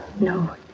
No